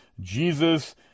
Jesus